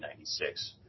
1996